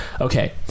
Okay